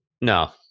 No